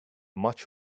much